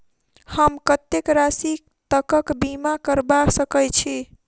हम कत्तेक राशि तकक बीमा करबा सकै छी?